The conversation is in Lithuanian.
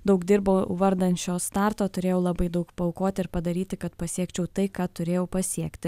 daug dirbau vardan šio starto turėjau labai daug paaukoti ir padaryti kad pasiekčiau tai ką turėjau pasiekti